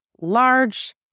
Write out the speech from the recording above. large